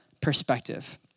perspective